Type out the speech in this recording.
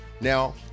Now